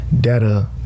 data